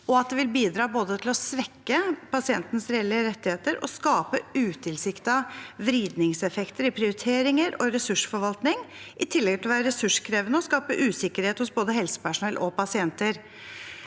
vil både bidra til å svekke pasientens reelle rettigheter og skape utilsiktede vridningseffekter i prioriteringer og ressursforvaltning, i tillegg til å være ressurskrevende og skape usikkerhet hos både helsepersonell og pasienter».